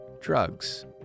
drugs